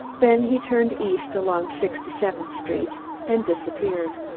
then he turned east along sixty-seventh street and disappeared.